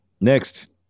Next